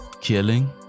killing